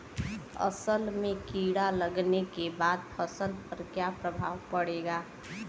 असल में कीड़ा लगने के बाद फसल पर क्या प्रभाव पड़ेगा?